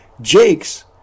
Jake's